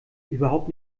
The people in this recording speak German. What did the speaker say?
überhaupt